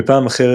בפעם אחרת,